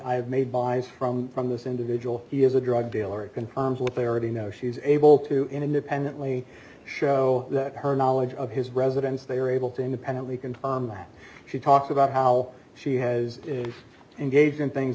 have made buys from from this individual he is a drug dealer it confirms what they already know she's able to independently show that her knowledge of his residence they are able to independently confirm that she talks about how she has engaged in things